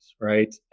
right